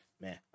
man